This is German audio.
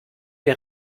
der